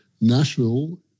Nashville